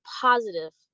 positive